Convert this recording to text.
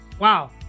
Wow